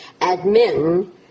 admin